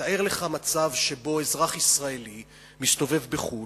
תאר לך מצב שבו אזרח ישראלי מסתובב בחו"ל